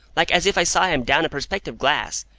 like as if i saw him down a perspective-glass.